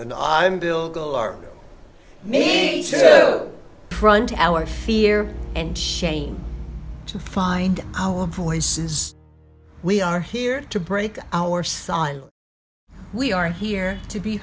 go or meet run to our fear and shane to find our voices we are here to break our son we are here to be